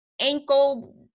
ankle